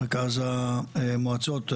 מרכז המועצות,